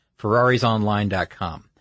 FerrarisOnline.com